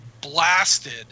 blasted